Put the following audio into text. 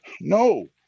No